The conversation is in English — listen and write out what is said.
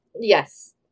Yes